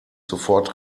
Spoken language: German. sofort